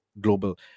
Global